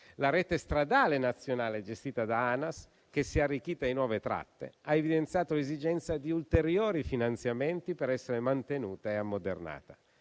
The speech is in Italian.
la rete stradale nazionale gestita da Anas, che si è arricchita di nuove tratte, ha evidenziato l'esigenza di ulteriori finanziamenti per essere mantenuta e ammodernata.